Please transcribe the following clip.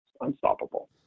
unstoppable